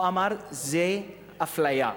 הוא אמר: זו אפליה.